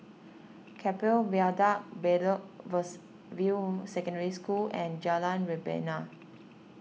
Keppel Viaduct Bedok View Secondary School and Jalan Rebana